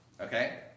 Okay